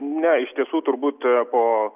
ne iš tiesų turbūt a po